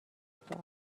کرد